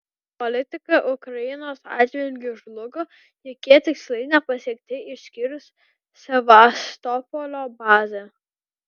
politika ukrainos atžvilgiu žlugo jokie tikslai nepasiekti išskyrus sevastopolio bazę